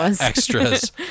extras